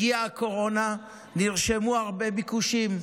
הגיעה הקורונה, נרשמו הרבה ביקושים.